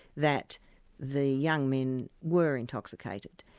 that the young men were intoxicated.